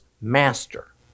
master